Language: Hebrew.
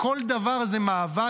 כל דבר זה מאבק.